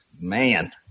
Man